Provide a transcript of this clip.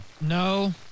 No